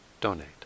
donate